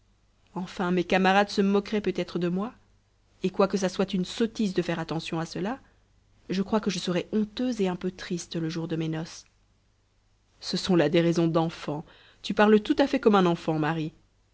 enfin mes camarades se moqueraient peut-être de moi et quoique ça soit une sottise de faire attention à cela je crois que je serais honteuse et un peu triste le jour de mes noces ce sont là des raisons d'enfant tu parles tout à fait comme un enfant marie